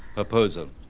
proposal.